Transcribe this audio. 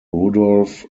rudolph